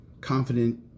confident